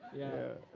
yeah.